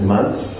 Months